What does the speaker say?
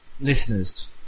listeners